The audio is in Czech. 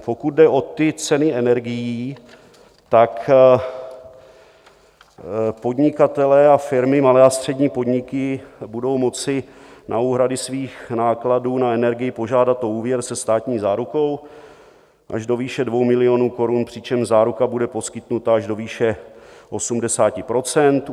Pokud jde o ceny energií, podnikatelé a firmy, malé a střední podniky budou moci na úhrady svých nákladů na energii požádat o úvěr se státní zárukou až do výše 2 milionů korun, přičemž záruka bude poskytnuta až do výše 80 %.